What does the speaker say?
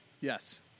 Yes